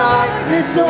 darkness